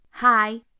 Hi